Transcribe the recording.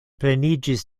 pleniĝis